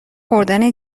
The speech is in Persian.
خوردن